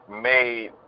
made